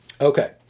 Okay